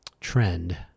trend